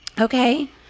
Okay